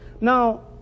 Now